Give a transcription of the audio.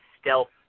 stealth